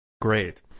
Great